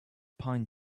pine